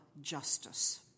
justice